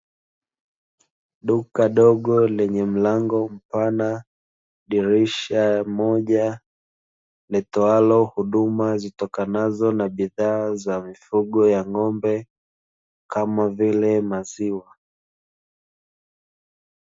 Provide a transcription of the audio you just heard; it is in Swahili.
Duka dogo lenye mlango mpana, dirisha moja litoalo huduma zitokanazo na bidhaa za mifugo ya ng’ombe kama vile maziwa.